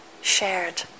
shared